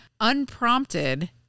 unprompted